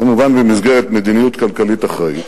כמובן במסגרת מדיניות כלכלית אחראית,